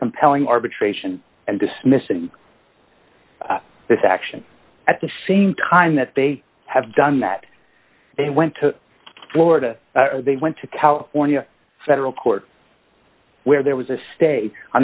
compelling arbitration and dismissing this action at the same time that they have done that they went to florida or they went to california federal court where there was a sta